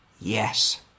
Yes